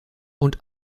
und